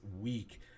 week